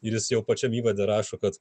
ir jis jau pačiam įvade rašo kad